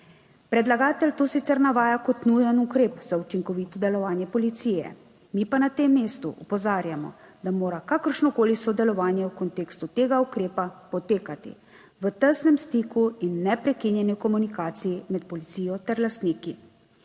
Predlagatelj to sicer navaja kot nujen ukrep za učinkovito delovanje policije, mi pa na tem mestu opozarjamo, da mora kakršnokoli sodelovanje v kontekstu tega ukrepa potekati v tesnem stiku in neprekinjeni komunikaciji med policijo ter lastniki.